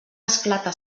esclata